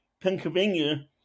Pennsylvania